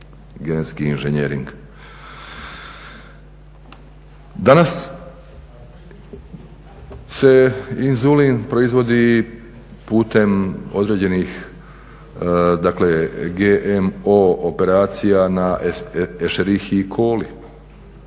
Danas se inzulin proizvodi putem određenih dakle GMO operacija na na ešerihiji i